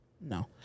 no